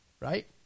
right